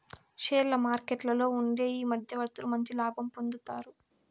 షేర్ల మార్కెట్లలో ఉండే ఈ మధ్యవర్తులు మంచి లాభం పొందుతారు